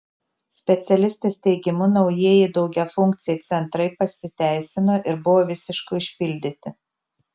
specialistės teigimu naujieji daugiafunkciai centrai pasiteisino ir buvo visiškai užpildyti